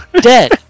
dead